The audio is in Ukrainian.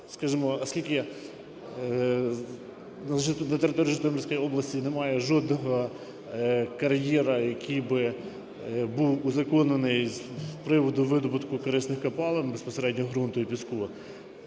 Скажемо, оскільки дотепер у Житомирської області немає жодного кар'єра, який би був узаконений з приводу видобутку корисних копалин, безпосередньо ґрунту і піску,